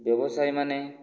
ବ୍ୟବସାୟୀ ମାନେ